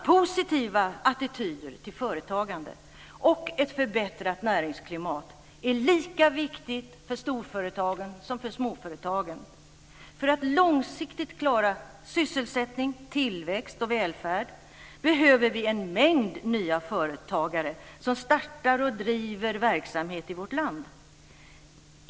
Positiva attityder till företagande och ett förbättrat näringsklimat är lika viktigt för storföretagen som för småföretagen. För att långsiktigt klara sysselsättning, tillväxt och välfärd behöver vi en mängd nya företagare som startar och driver verksamhet i vårt land.